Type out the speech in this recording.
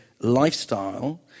lifestyle